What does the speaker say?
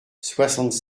soixante